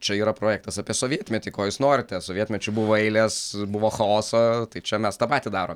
čia yra projektas apie sovietmetį ko jūs norite sovietmečiu buvo eilės buvo chaoso tai čia mes tą patį darom